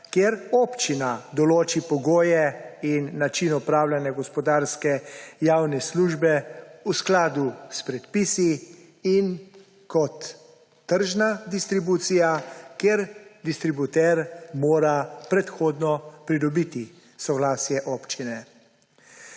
kjer občina določi pogoje in način opravljanja gospodarske javne službe v skladu s predpisi, in kot tržna distribucija, kjer mora distributer predhodno pridobiti soglasje občine.